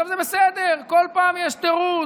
זה בסדר, בכל פעם יש תירוץ,